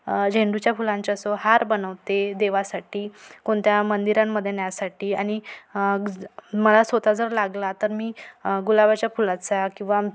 झेंडूच्या फुलांचा असो हार बनवते देवासाठी कोणत्या मंदिरांमध्ये न्यासाठी आणि मला स्वतः जर लागला तर मी गुलाबाच्या फुलाचा किंवा